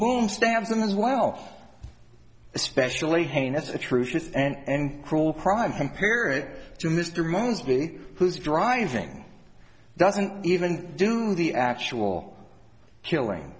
boom stand someone's well especially heinous atrocious and cruel crime compare it to mr mosley who's driving doesn't even do the actual killing